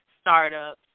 startups